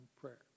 prayer